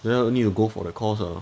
then want need to go for the course ah